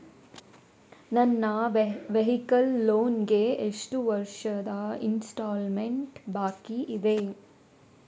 ನನ್ನ vehicle loan ಗೆ ಎಷ್ಟು ವರ್ಷದ ಇನ್ಸ್ಟಾಲ್ಮೆಂಟ್ ಬಾಕಿ ಇದೆ?